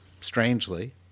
strangely